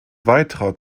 weiterer